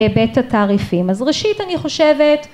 בית התעריפים אז ראשית אני חושבת